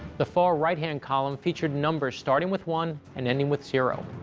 the far right-hand column featured numbers starting with one and ending with zero.